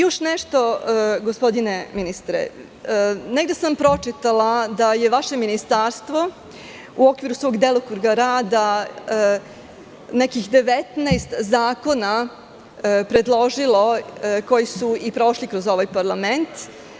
Još nešto gospodine ministre, negde sam pročitala da je vaše ministarstvo u okviru svog delokruga rada predložilo nekih 19 zakona, koji su i prošli kroz ovaj parlament.